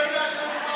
אתה יודע שאתה משקר,